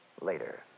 Later